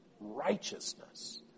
righteousness